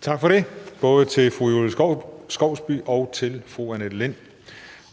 Tak for det, både til fru Julie Skovsby og til fru Annette Lind.